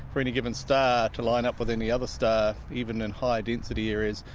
for any given star to line up with any other star, even in high density areas,